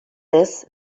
this